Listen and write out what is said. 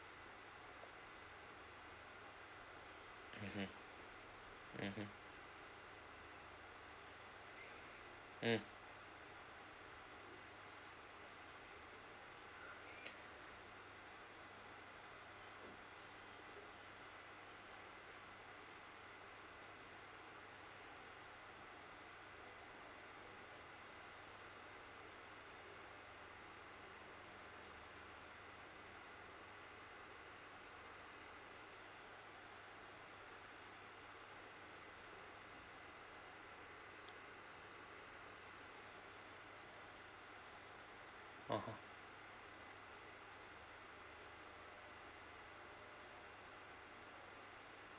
mmhmm mmhmm mm (uh huh)